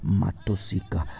matosika